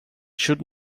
should